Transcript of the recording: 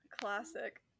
classic